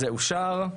זה אושר.